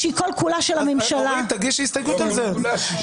תגישי הסתייגות על זה.